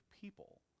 people